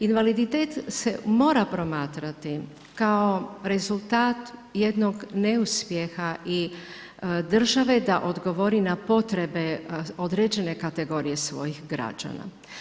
Invaliditet se mora promatrati kao rezultat jednog neuspjeha i države da odgovori na potrebe određene kategorije svojih građana.